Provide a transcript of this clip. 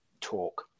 talk